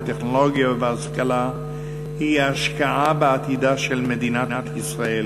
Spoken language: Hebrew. בטכנולוגיה ובהשכלה היא השקעה בעתידה של מדינת ישראל.